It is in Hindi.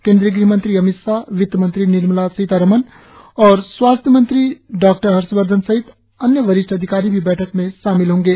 केंद्रीय ग़हमंत्री अमित शाह वित्तमंत्री निर्मला सीता रामन और स्वास्थ्य मंत्री डॉक्टर हर्षवर्धन सहित अन्य वरिष्ठ अधिकारी भी बैठक में शामिल होंगे